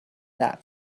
that